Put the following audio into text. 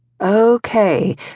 Okay